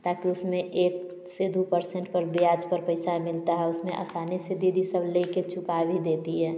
ताकि उसमें एक से दो पर्सेन्ट पर ब्याज पर पैसा मिलता है उसमे आसानी से दीदी सब लेके चुका भी देती है